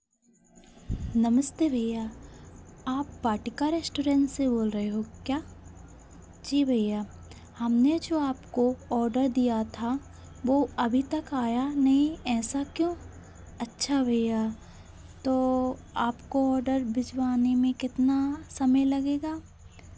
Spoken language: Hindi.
नमस्ते भैया आप वाटिका रेस्टोरेन्ट से बोल रहे हो क्या जी भैया हमने जो आपको ऑर्डर दिया था वो अभी तक आया नहीं ऐसा क्यों अच्छा भैया तो आपको ऑर्डर भिजवाने में कितना समय लगेगा